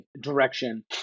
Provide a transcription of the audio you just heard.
direction